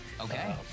okay